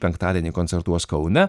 penktadienį koncertuos kaune